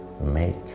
make